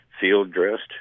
field-dressed